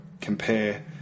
compare